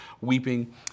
weeping